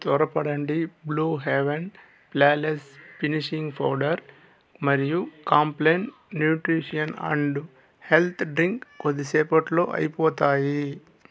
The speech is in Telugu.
త్వరపడండి blue heaven flawless finishing powder మరియు Complan nutrition and health drink కొద్దిసేపట్లో అయిపోతాయి